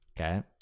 Okay